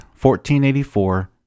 1484